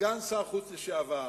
סגן שר החוץ לשעבר,